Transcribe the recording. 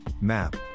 MAP